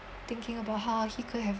thinking about how he could have